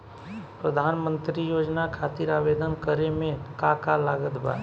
प्रधानमंत्री योजना खातिर आवेदन करे मे का का लागत बा?